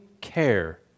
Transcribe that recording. care